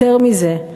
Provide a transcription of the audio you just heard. יותר מזה,